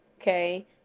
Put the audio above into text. okay